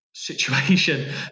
situation